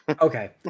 okay